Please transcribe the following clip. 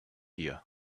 here